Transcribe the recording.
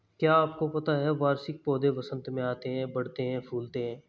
क्या आपको पता है वार्षिक पौधे वसंत में आते हैं, बढ़ते हैं, फूलते हैं?